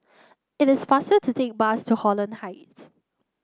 it is faster to take the bus to Holland Heights